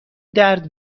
درد